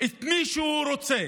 את מי שהוא רוצה